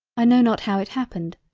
i know not how it happened,